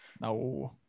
No